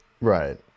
right